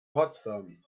potsdam